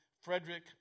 Frederick